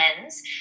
lens